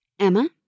Emma